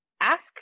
ask